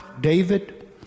David